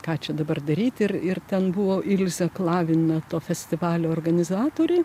ką čia dabar daryti ir ir ten buvo ilze klavinato festivalio organizatoriai